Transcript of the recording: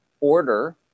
order